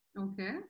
Okay